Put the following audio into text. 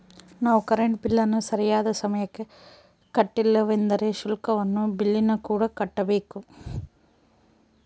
ನಾವು ಕರೆಂಟ್ ಬಿಲ್ಲನ್ನು ಸರಿಯಾದ ಸಮಯಕ್ಕೆ ಕಟ್ಟಲಿಲ್ಲವೆಂದರೆ ಶುಲ್ಕವನ್ನು ಬಿಲ್ಲಿನಕೂಡ ಕಟ್ಟಬೇಕು